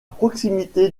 proximité